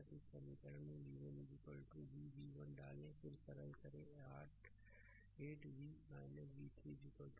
तो इस समीकरण में v1 v v1 डालें फिर इसे सरल करें 8 v v3 36 होगा यह समीकरण 1 है